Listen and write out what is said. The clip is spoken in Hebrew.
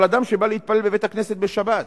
כל אדם שבא להתפלל בבית-הכנסת בשבת,